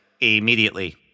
immediately